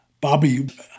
Bobby